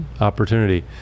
opportunity